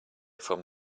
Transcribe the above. from